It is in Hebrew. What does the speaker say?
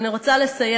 ואני רוצה לסיים.